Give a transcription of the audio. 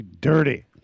dirty